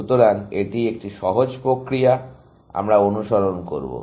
সুতরাং এটি একটি সহজ প্রক্রিয়া আমরা অনুসরণ করব